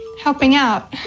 helping out?